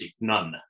none